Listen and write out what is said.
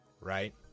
right